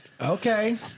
Okay